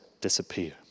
disappear